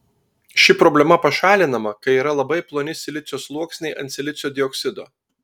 ši problema pašalinama kai yra labai ploni silicio sluoksniai ant silicio dioksido